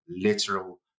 literal